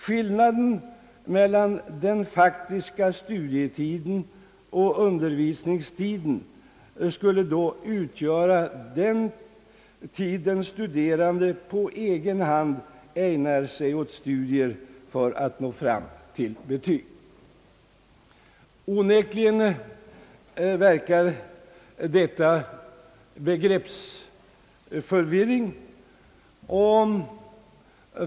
Skillnaden mellan den faktiska studietiden och utbildningstiden utgör då den tid under vilken den studerande på egen hand ägnar sig åt studier för att nå fram till betyg. Onekligen verkar detta begreppsförvirring.